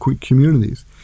communities